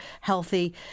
healthy